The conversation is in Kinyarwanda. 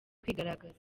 kwigaragaza